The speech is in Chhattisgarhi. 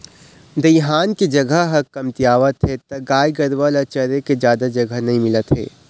दइहान के जघा ह कमतियावत हे त गाय गरूवा ल चरे के जादा जघा नइ मिलत हे